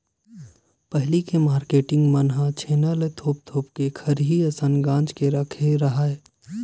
पहिली के मारकेटिंग मन ह छेना ल थोप थोप के खरही असन गांज के रखे राहय